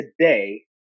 today